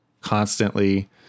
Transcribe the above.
constantly